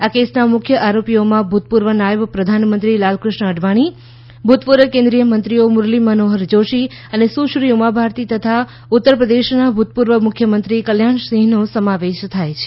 આ કેસના મુખ્ય આરોપીઓમાં ભૂતપૂર્વ નાયબ પ્રધાનમંત્રી લાલકૃષ્ણ અડવાણી ભૂતપૂર્વ કેન્દ્રીય મંત્રીઓ મુરલી મનોહર જોષી અને સુશ્રી ઉમા ભારતી તથા ઉત્તર પ્રદેશના ભૂતપૂર્વ મુખ્યમંત્રી કલ્યાણસિંહનો સમાવેશ થાય છે